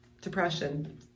depression